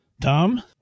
Tom